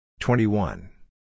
Twenty-one